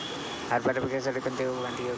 हरभरा पिकासाठी कोणती माती योग्य आहे?